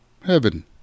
Heaven